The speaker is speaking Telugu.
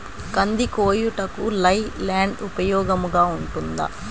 కంది కోయుటకు లై ల్యాండ్ ఉపయోగముగా ఉంటుందా?